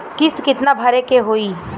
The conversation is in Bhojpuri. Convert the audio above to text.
किस्त कितना भरे के होइ?